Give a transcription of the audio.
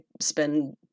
spend